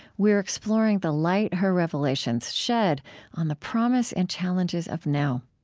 we're exploring the light her revelations shed on the promise and challenges of now